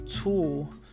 tool